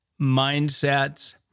mindsets